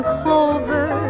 clover